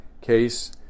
case